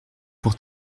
pour